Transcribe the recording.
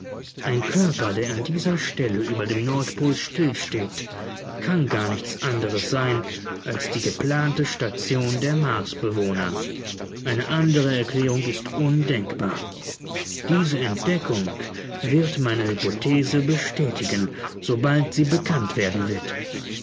ein körper der an dieser stelle über dem nordpol stillsteht kann gar nichts anderes sein als die geplante station der marsbewohner eine andere erklärung ist undenkbar diese entdeckung wird meine hypothese bestätigen sobald sie bekanntwerden wird